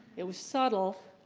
it was subtle.